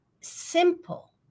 simple